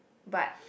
but